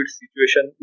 situation